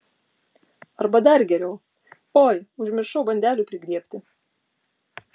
arba dar geriau oi užmiršau bandelių prigriebti